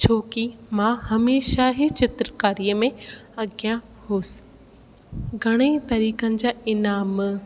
छोकी मां हमेशह ई चित्रकारीअ में अॻियां हुअसि घणेई तरीक़नि जा इनाम